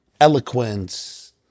Eloquence